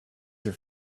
your